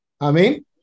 Amen